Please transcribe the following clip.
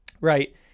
right